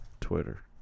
Twitter